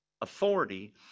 authority